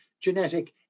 genetic